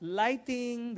lighting